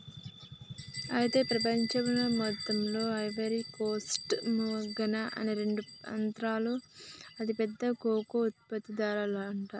అయితే ప్రపంచంలో మొత్తంలో ఐవరీ కోస్ట్ ఘనా అనే రెండు ప్రాంతాలు అతి పెద్ద కోకో ఉత్పత్తి దారులంట